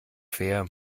fair